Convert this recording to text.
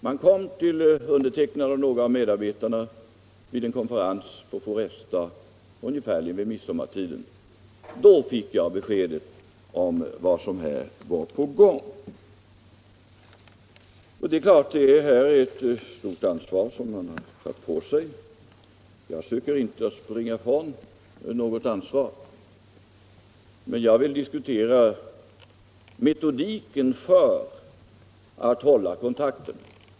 Jag fick besked om vad som var på gång vid en konferens på Foresta ungefär vid midsommartiden. Det är naturligtvis ett stort ansvar man har lagt på sig. Jag söker inte springa ifrån något ansvar, men jag vill diskutera metodiken för att hålla kontakten.